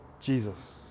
Jesus